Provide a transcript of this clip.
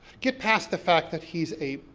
get past the fact that he's a,